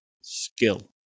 skill